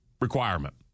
requirement